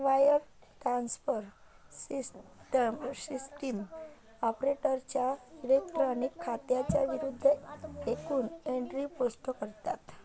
wire transfer system ऑपरेटरच्या electronic खात्यांच्या विरूद्ध एकूण एंट्री पोस्ट करतात